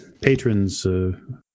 patrons